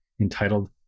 entitled